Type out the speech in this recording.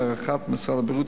להערכת משרד הבריאות,